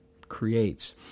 creates